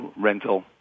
rental